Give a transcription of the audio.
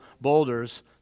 boulders